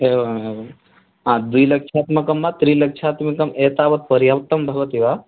एवमेवं वा द्विलक्षात्मकं वा त्रिलक्षात्मकम् एतावत् पर्याप्तं भवति वा